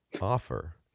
offer